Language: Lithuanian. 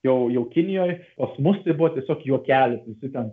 jau jau kinijoj pas mus tai buvo tiesiog juokelis visi ten